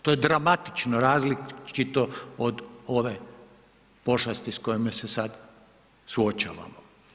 To je dramatično različito od ove pošasti s kojom se sad suočavamo.